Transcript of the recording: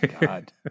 God